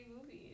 movies